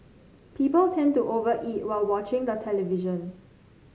people tend to over eat while watching the television